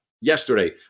yesterday